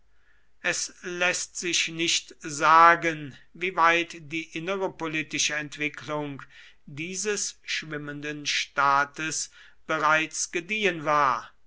es läßt sich nicht sagen wieweit die innere politische entwicklung dieses schwimmenden staates bereits gediehen war